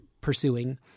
pursuing